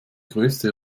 größte